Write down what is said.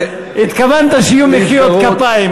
התכוונת שיהיו מחיאות כפיים.